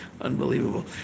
unbelievable